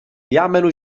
يعمل